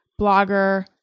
blogger